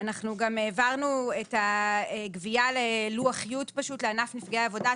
אנחנו גם העברנו את הגבייה ללוח י' לענף נפגעי עבודה,